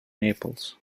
naples